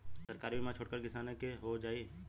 सरकारी बीमा छोटकन किसान क हो जाई?